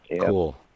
cool